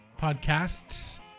Podcasts